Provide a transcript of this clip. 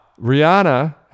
Rihanna